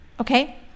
Okay